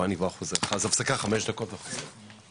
הפסקה 5 דקות וחוזרים.